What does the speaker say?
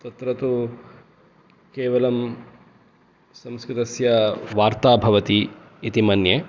तत्र तु केवलं संस्कृतस्य वार्ता भवति इति मन्ये